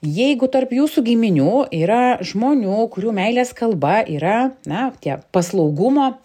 jeigu tarp jūsų giminių yra žmonių kurių meilės kalba yra na tie paslaugumo